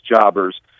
jobbers